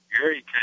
Gary